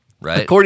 right